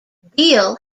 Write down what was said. deal